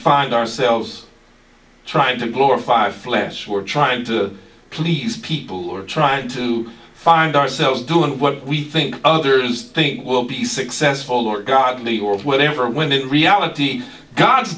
find ourselves trying to glorify flesh we're trying to please people are trying to find ourselves doing what we think others think will be successful or god need or whatever when in reality god's